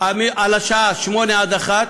על השעות 08:00 עד 13:00,